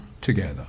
together